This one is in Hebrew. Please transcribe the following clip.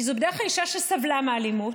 כי זו בדרך כלל אישה שסבלה מאלימות.